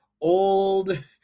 old